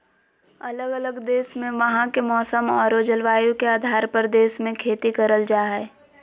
अलग अलग देश मे वहां के मौसम आरो जलवायु के आधार पर देश मे खेती करल जा हय